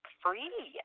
free